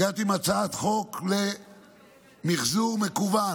הגעתי עם הצעת חוק למחזור מקוון,